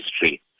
history